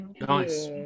Nice